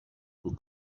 who